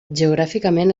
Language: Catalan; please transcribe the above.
geogràficament